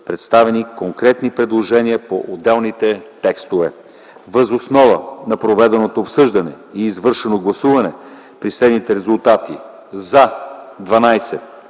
представени конкретни предложения по отделните текстове. Въз основа на проведеното обсъждане и извършеното гласуване при следните резултати: „за”